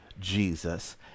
Jesus